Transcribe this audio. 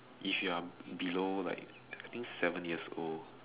if you're below like I think seven years old